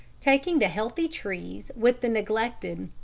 taking the healthy trees with the neglected,